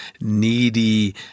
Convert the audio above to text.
needy